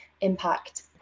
impact